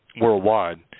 worldwide